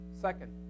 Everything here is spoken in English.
Second